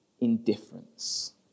indifference